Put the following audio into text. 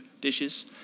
dishes